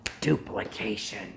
Duplication